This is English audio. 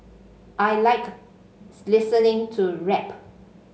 I like listening to rap